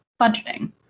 budgeting